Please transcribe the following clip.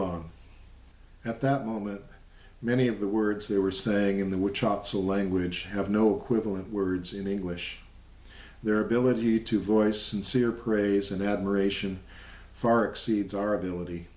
long at that moment many of the words they were saying in the which azza language have no quibble of words in english their ability to voice sincere praise and admiration far exceeds our ability